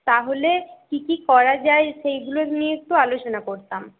তাহলে কি কি করা যায় সেইগুলো নিয়ে একটু আলোচনা করতাম